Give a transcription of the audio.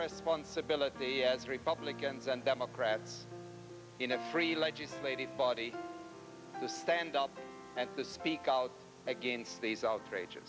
response ability as republicans and democrats in every legislative body to stand up to speak out against these outrageous